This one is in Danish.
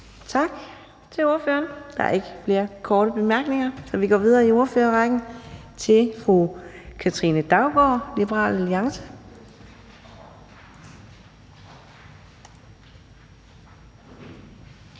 Tak til ordføreren. Der er ikke flere korte bemærkninger, så vi går videre i ordførerrækken til fru Katrine Daugaard, Liberal Alliance.